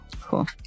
Cool